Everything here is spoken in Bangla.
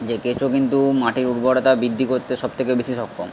যে কেঁচো কিন্তু মাটির উর্বরতা বিদ্ধি করতে সব থেকে বেশি সক্ষম